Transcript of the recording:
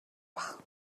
байх